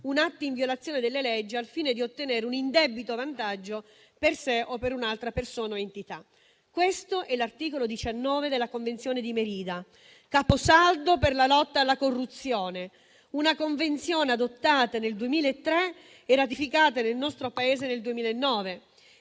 un atto in violazione delle leggi al fine di ottenere un indebito vantaggio per sé o per un'altra persona o entità»: così recita l'articolo 19 della Convenzione di Merida, caposaldo per la lotta alla corruzione; una convenzione adottata nel 2003 e ratificata nel nostro Paese nel 2009.